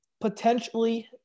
potentially